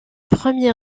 premiers